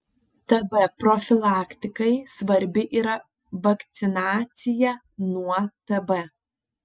tb profilaktikai svarbi yra vakcinacija nuo tb